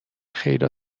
خیر